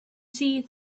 see